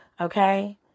okay